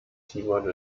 timon